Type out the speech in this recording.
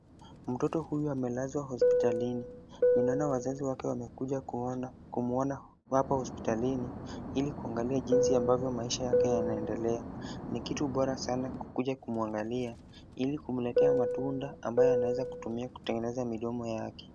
Mtoto huyu amelazwa hospitalini. Ninaona wazazi wake wamekuja kumwona hapo hospitalini ili kuangalia jinsi ambavyo maisha yake yanaendelea. Ni kitu bora sana kukuja kumwangalia ili kumletea matunda ambayo anawezatumia kutengeneza midomo yake.